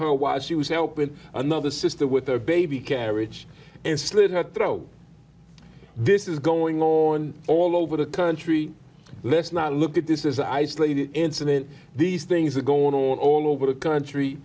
her while she was helping another sister with her baby carriage and slit her throat this is going on all over the country let's not look at this is an isolated incident these things are going on all over the country